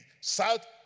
South